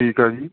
ਠੀਕ ਆ ਜੀ